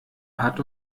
hat